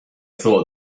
thought